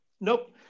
Nope